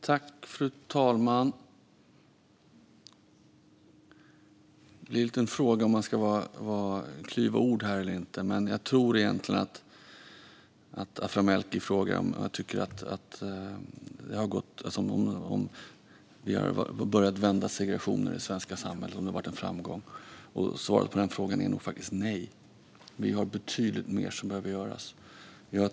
Fru talman! Det är en fråga om man ska klyva ord här eller inte. Men jag tror att Aphram Melki egentligen frågar om jag tycker att vi har börjat vända segregationen i det svenska samhället och om det har varit en framgång. Svaret är nog faktiskt nej. Det är betydligt mer som behöver göras.